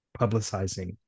publicizing